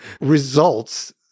Results